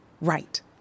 Right